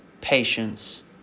patience